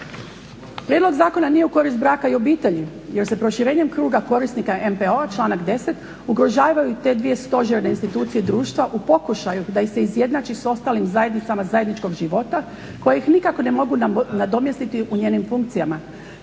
Prijedlog zakona nije u korist braka i obitelji jer se proširenjem kruga korisnika MPO-a, članak 10., ugrožavaju te dvije stožerne institucije društva u pokušaju da ih se izjednači s ostalim zajednicama zajedničkog života koje ih nikako ne mogu nadomjestiti u njenim funkcijama.